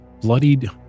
bloodied